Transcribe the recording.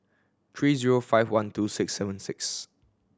three zero five one two six seven six